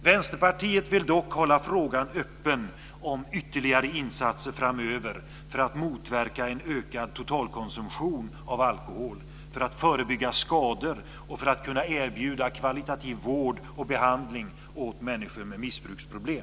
Vänsterpartiet vill dock hålla frågan öppen om ytterligare insatser framöver för att motverka en ökad totalkonsumtion av alkohol, för att förebygga skador och för att kunna erbjuda kvalitativ vård och behandling till människor med missbruksproblem.